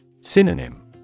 Synonym